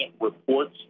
reports